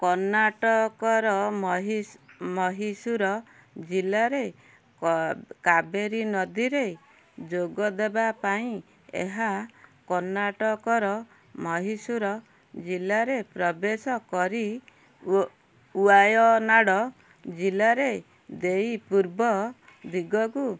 କର୍ଣ୍ଣାଟକର ମହୀଶୂର ଜିଲ୍ଲାର କ କାବେରୀ ନଦୀରେ ଯୋଗଦେବା ପାଇଁ ଏହା କର୍ଣ୍ଣାଟକର ମହୀଶୂର ଜିଲ୍ଲାରେ ପ୍ରବେଶ କରି ୱାୟନାଡ଼ ଜିଲ୍ଲାରେ ଦେଇ ପୂର୍ବ ଦିଗକୁ